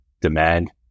demand